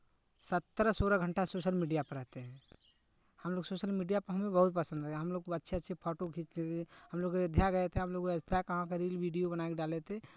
सत्रह सोलह घंटा सोशल मीडिया पे रहते हैं हम लोग सोशल मीडिया पे हमें बहुत पसंद है हम लोग खूब अच्छे अच्छे फोटो खींचे हम लोग अयोध्या गए थे हम लोग अयोध्या कहाँ का रील वीडियो बना के डाले थे